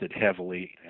heavily